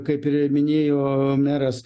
kaip ir minėjo meras